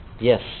Yes